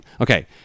Okay